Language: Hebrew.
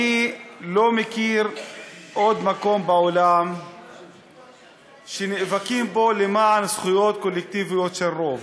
אני לא מכיר עוד מקום בעולם שנאבקים בו למען זכויות קולקטיביות של רוב.